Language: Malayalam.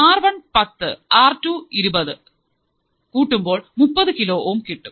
ആർ വൺ പത്ത് ആർ ടു ഇരുപത് കൂട്ടുമ്പോൾ മുപ്പതു കിലോ ഓം കിട്ടും